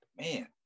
Man